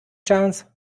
chance